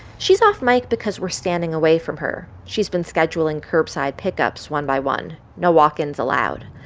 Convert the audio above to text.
she's off-mic because we're standing away from her. she's been scheduling curbside pickups one by one no walk-ins allowed.